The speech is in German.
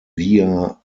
via